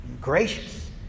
gracious